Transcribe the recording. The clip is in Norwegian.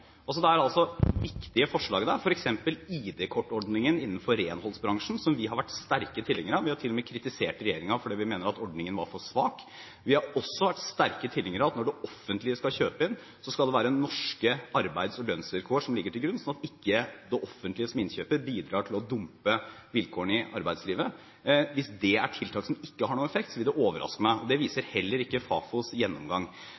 også vært sterk tilhenger av at når det offentlige skal kjøpe inn, skal det være norske arbeids- og lønnsvilkår som ligger til grunn, slik at ikke det offentlige som innkjøper bidrar til å dumpe vilkårene i arbeidslivet. Hvis det er tiltak som ikke har noen effekt, vil det overraske meg. Det